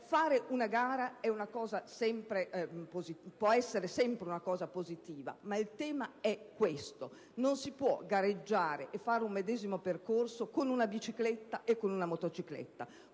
fare una gara può essere anche una cosa positiva, ma il tema è questo: non si può gareggiare e fare un medesimo percorso con una bicicletta o con una motocicletta;